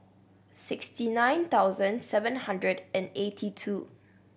sixty nine thousand seven hundred and eighty two